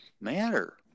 matter